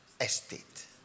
estate